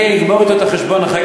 אני אגמור אתו את החשבון אחר כך,